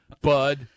bud